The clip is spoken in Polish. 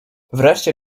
wreszcie